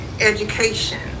education